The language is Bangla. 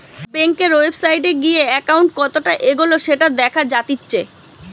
বেংকের ওয়েবসাইটে গিয়ে একাউন্ট কতটা এগোলো সেটা দেখা জাতিচ্চে